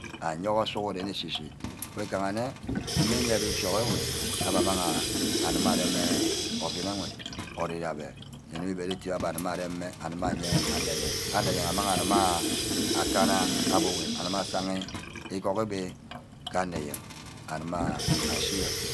Ayourgo sughuren eshis-hi wegaha nne mme iyebe ífíok ewe abbe amangha aguma areme ovin ewe ori abbe igwume íbereti abbe aguma areme, areme ayen ana eyen. anor eyen aguma amang akanna abuwen. agumasaní ígohobe gah ane eyen anumeh ashiga